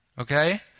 okay